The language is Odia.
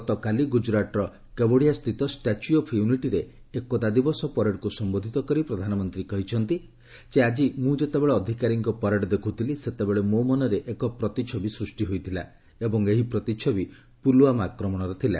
ଗତକାଲି ଗୁଜୁରାଟର କେଭଡିଆ ସ୍ଥିତ ଷ୍ଟାଚ୍ୟୁ ଅଫ୍ ୟୁନିଟିରେ ଏକତା ଦିବସ ପରେଡକୁ ସମ୍ବୋଧିତ କରି ପ୍ରଧାନମନ୍ତ୍ରୀ କହିଛନ୍ତି ଯେ ଆଜି ମୁଁ ଯେତେବେଳେ ଅଧିକାରୀଙ୍କ ପରେଡ ଦେଖୁଥିଲି ସେତେବେଳେ ମୋ ମନରେ ଏକ ପ୍ରତିଛବି ସୂଷ୍ଟି ହୋଇଥିଲା ଏବଂ ଏହି ପ୍ରତିଛବି ପୁଲଓ୍ୱାମା ଆକ୍ରମଣର ଥିଲା